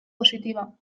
positiva